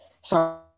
sorry